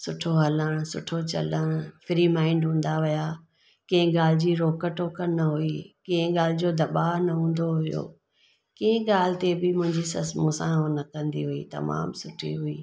सुठो हलण सुठो चलण फ्री माइंड हूंदा हुआ कंहिं ॻाल्हि जी रोक टोक न हुई कंहिं ॻाल्हि जो दबाव न हूंदो हुओ कंहिं ॻाल्हि ते बि मुंहिंजी ससु मूं सां उहो न कंदी हुई तमामु सुठी हुई